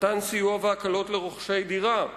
מתן סיוע והקלות לרוכשי דירה,